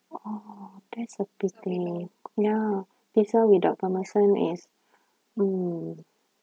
oh that's a pity ya pizza without parmesan is hmm